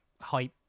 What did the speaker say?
hype